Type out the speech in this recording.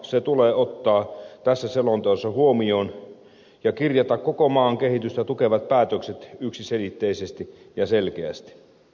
se tulee ottaa tässä selonteossa huomioon ja kirjata koko maan kehitystä tukevat päätökset yksiselitteisesti ja selkeästi